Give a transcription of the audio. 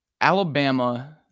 Alabama